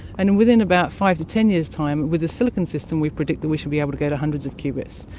and and within about five to ten years time, with a silicon system we predict that we should be able to go to hundreds of qubits,